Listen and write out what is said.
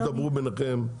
אני מציע שתדברו ביניכם.